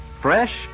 fresh